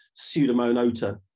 pseudomonota